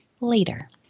later